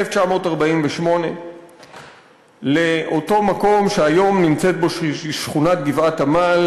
1948. לאותו מקום שהיום נמצאת בו שכונת גבעת-עמל